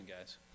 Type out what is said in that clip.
guys